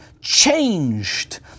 changed